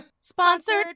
sponsored